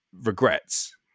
Regrets